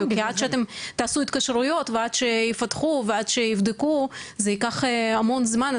עד שאתם תעשו התקשרויות ועד שיפתחו ועד שיבדקו זה ייקח המון זמן,